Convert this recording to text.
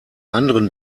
anderen